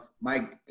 Mike